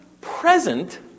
present